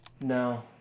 no